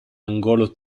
angolo